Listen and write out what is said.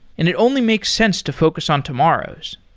and it only makes sense to focus on tomorrow's.